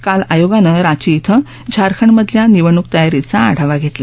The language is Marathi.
काल आयोगानं रांची डिं झारखंडमधल्या निवडणूक तयारीचा आढावा घेतला